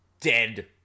dead